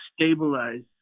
stabilize